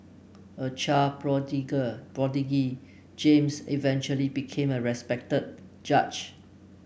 a child prodigy James eventually became a respected judge